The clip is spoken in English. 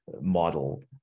model